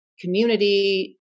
community